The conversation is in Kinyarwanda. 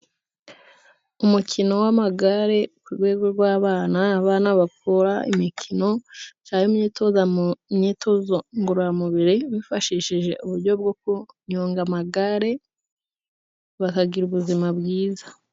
Umukino w'amagare ku rwego rw'abana , abana bakora imikino cyangwa imyitozo ngororamubiri , bifashishije uburyo bwo kunyonga amagare bakagira ubuzima bwiza.